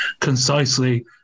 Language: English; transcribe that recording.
concisely